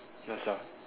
ya sia